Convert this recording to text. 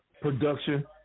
production